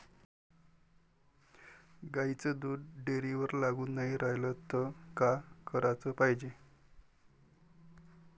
गाईचं दूध डेअरीवर लागून नाई रायलं त का कराच पायजे?